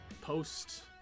post-